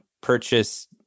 purchase